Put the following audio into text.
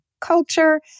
culture